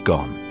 Gone